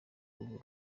ubu